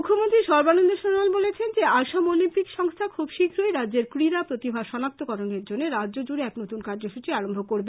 মুখ্যমন্ত্রী সর্বানন্দ সনোয়াল বলেছেন যে আসাম অলিম্পিক সংস্থা খুব শীঘ্র রাজ্যের ক্রীড়া প্রতিভাশনাক্ত করনের জন্য রাজ্যজুড়ে এক নতুন কার্য্যসুচী আরম্ভ করবে